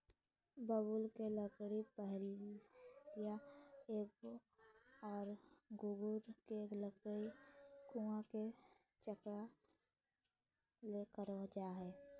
बबूल के लकड़ी पहिया लगी आरो गूलर के लकड़ी कुआ के चकका ले करल जा हइ